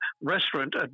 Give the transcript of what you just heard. restaurant